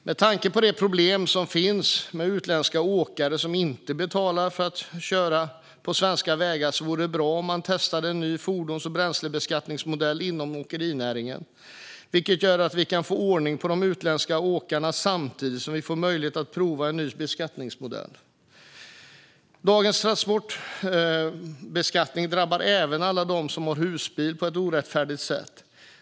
Med tanke på de problem som finns med utländska åkare som inte betalar för att köra på svenska vägar vore det bra om man testade en ny fordons och bränslebeskattningsmodell inom åkerinäringen som kunde göra att vi får ordning på de utländska åkarna samtidigt som vi får möjlighet att prova en ny beskattningsmodell. Dagens transportbeskattning drabbar även alla dem som har husbil på ett orättfärdigt sätt.